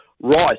right